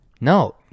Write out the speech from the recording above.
No